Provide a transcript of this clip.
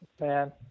Man